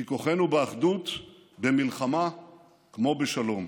כי כוחנו באחדות, במלחמה כמו בשלום.